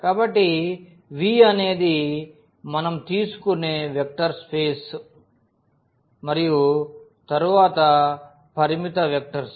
కాబట్టి V అనేది మనం తీసుకునే వెక్టర్ స్పేస్ మరియు తరువాత పరిమిత వెక్టర్స్